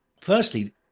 Firstly